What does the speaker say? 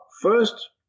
first